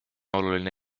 oluline